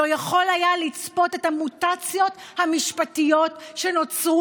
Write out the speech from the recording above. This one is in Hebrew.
לא יכול היה לצפות את המוטציות המשפטיות שנוצרו